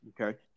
Okay